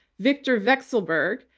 viktor vekselberg,